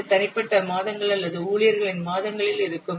இது தனிப்பட்ட மாதங்கள் அல்லது ஊழியர்களின் மாதங்களில் இருக்கும்